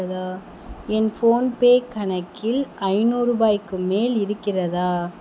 ஏதோ என் ஃபோன்பே கணக்கில் ஐநூறுரூபாய்க்கு மேல் இருக்கிறதா